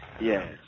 Yes